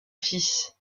fils